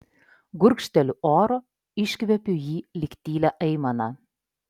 gurkšteliu oro iškvepiu jį lyg tylią aimaną